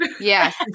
Yes